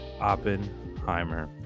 Oppenheimer